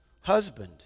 husband